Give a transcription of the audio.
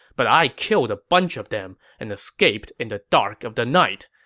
but i killed a bunch of them and escaped in the dark of the night,